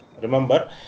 remember